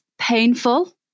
Painful